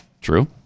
True